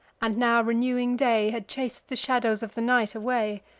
and now renewing day had chas'd the shadows of the night away.